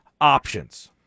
options